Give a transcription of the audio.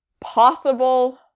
possible